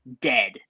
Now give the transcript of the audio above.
dead